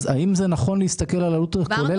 האם נכון להסתכל על העלות הכוללת?